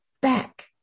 back